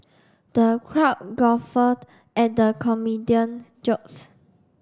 the crowd guffawed at the comedian jokes